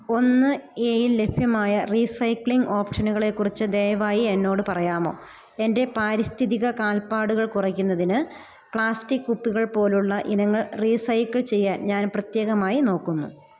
ഒന്ന് എയിൽ ലഭ്യമായ റീസൈക്ലിംഗ് ഓപ്ഷനുകളെക്കുറിച്ച് ദയവായി എന്നോട് പറയാമോ എൻ്റെ പാരിസ്ഥിതിക കാൽപ്പാടുകൾ കുറയ്ക്കുന്നതിന് പ്ലാസ്റ്റിക് കുപ്പികൾ പോലുള്ള ഇനങ്ങൾ റീസൈക്കിൾ ചെയ്യാൻ ഞാൻ പ്രത്യേകമായി നോക്കുന്നു